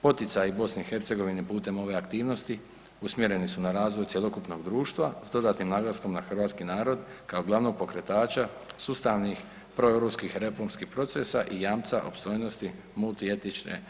Poticaji BiH putem ove aktivnosti usmjereni su na razvoj cjelokupnog društva s dodatnim naglaskom na hrvatski narod, kao glavnog pokretača sustavnih proeuropskih reformskih procesa i jamca opstojnosti multietične BiH.